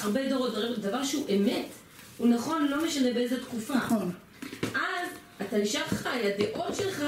הרבה דורות, דבר שהוא אמת, הוא נכון, לא משנה באיזה תקופה. נכון. אז, אתה נשאר חי, הדעות שלך